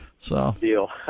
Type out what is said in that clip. Deal